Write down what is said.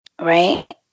right